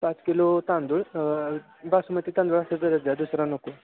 पाच किलो तांदूळ बासमती तांदूळ असेल तरच द्या दुसरा नको